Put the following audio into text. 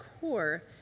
core